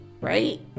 right